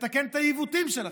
נתקן את העיוותים שלכם,